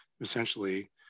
essentially